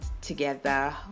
together